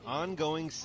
ongoing